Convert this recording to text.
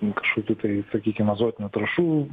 nu kažkokių tai sakykim azotinių trąšų